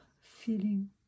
feeling